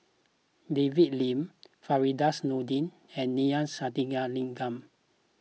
David Lim Firdaus Nordin and Neila Sathyalingam